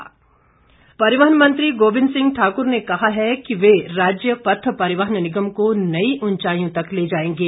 गोविंद सिंह परिवहन मंत्री गोविंद सिंह ठाकुर ने कहा है कि वह राज्य पथ परिवहन निगम को नई उंचाईयों तक ले जाएंगे